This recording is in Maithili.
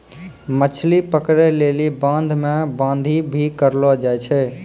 मछली पकड़ै लेली बांध मे बांधी भी करलो जाय छै